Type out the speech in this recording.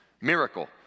miracle